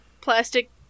plastic